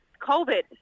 COVID